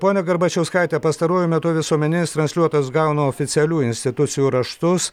ponia garbačiauskaite pastaruoju metu visuomeninis transliuotojas gauna oficialių institucijų raštus